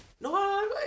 no